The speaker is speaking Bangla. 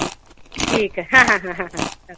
ঠিক ঠিক হ্যাঁ হ্যাঁ হ্যাঁ হ্যাঁ হ্যাঁ রাখ